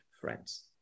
friends